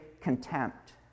contempt